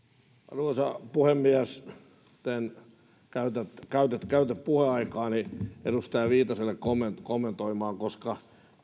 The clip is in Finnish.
arvoisa puhemies en käytä puheaikaani edustaja viitaselle kommentoimiseen koska